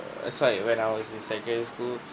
err sorry when I was in secondary school